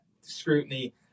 scrutiny